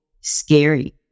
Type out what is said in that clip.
scary